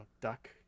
duck